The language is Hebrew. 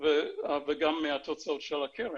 וגם מהתוצאות של הקרן.